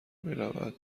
میرود